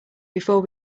before